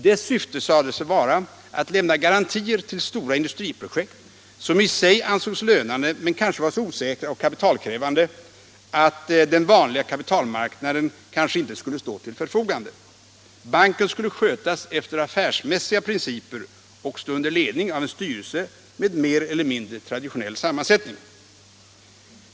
Dess syfte sades vara att lämna garantier till stora industriprojekt som i sig ansågs lönande men var så osäkra och kapitalkrävande, att den vanliga kapitalmarknaden kanske inte skulle stå till förfogande. Banken skulle skötas efter affärsmässiga principer och stå under ledning av en styrelse med mer eller mindre traditionell sammansättning.